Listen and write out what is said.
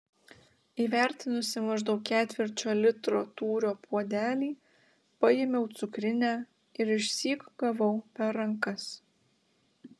įvertinusi maždaug ketvirčio litro tūrio puodelį paėmiau cukrinę ir išsyk gavau per rankas